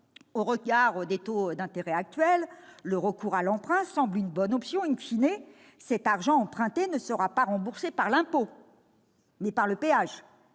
Au regard des taux d'intérêt actuels, le recours à l'emprunt semble une bonne option., cet argent emprunté sera remboursé non pas par l'impôt, mais par le péage.